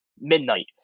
midnight